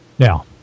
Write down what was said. Now